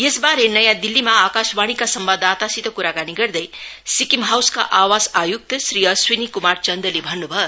यसबारे नयाँ दिल्लीमा आकाशवाणीका सम्वाददातासित कुराकानी गर्दै सिक्किम हाउसका आवास आयुक्त श्री अश्विनी क्मार चन्द्रले भन्नु भयो